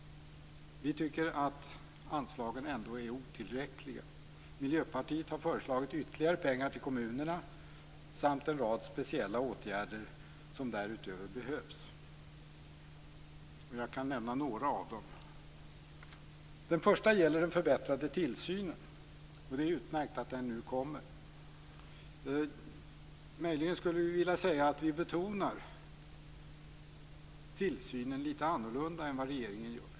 Vi tycker att anslagen ändå är otillräckliga. Miljöpartiet har föreslagit ytterligare pengar till kommunerna samt en rad speciella åtgärder som därutöver behövs. Jag kan nämna några av dem. Den första gäller den förbättrade tillsynen. Det är utmärkt att den nu kommer. Möjligen skulle vi vilja säga att vi betonar tillsynen litet annorlunda än vad regeringen gör.